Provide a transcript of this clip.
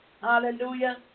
Hallelujah